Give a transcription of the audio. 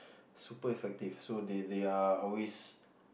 super effective so they they are always